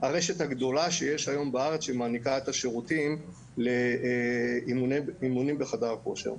הרשת הגדולה שיש היום בארץ שמעניקה את השירותים לאימונים בחדר כושר.